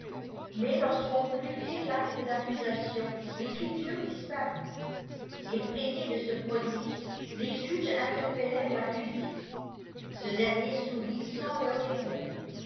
mais lorsqu'on voulut lire l'acte d'accusation l'écriture disparut effrayés de ce prodige les juges interpellèrent faccusé ce dernier sourit sans leur répondre